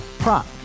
Prop